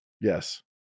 yes